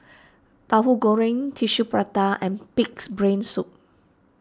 Tahu Goreng Tissue Prata and Pig's Brain Soup